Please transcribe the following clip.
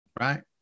right